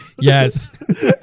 Yes